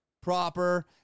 proper